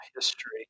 history